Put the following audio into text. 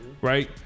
Right